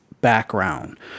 background